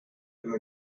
him